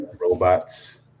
robots